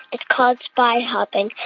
it's called spyhopping.